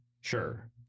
Sure